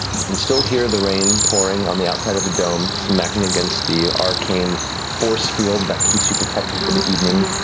you can still hear the rain pouring on the outside of the dome, smacking against the arcane force field that keeps you protected for the evening.